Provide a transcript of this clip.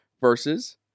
versus